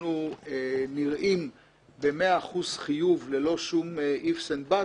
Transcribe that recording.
שאנחנו נראים במאה אחוז חיוב ללא שום ifs and buts,